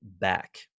back